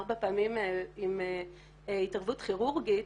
ארבע פעמים עם התערבות כירורגית,